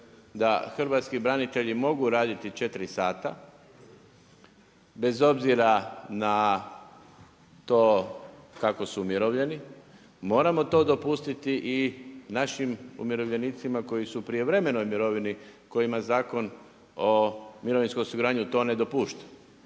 da hrvatski branitelji mogu raditi 4 sata bez obzira na to kako su umirovljeni moramo to dopustiti i našim umirovljenicima koji su u prijevremenoj mirovini kojima Zakona o mirovinskom osiguranju to ne dopušta.